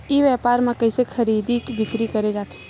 ई व्यापार म कइसे खरीदी बिक्री करे जाथे?